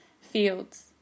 fields